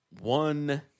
one